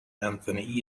anthony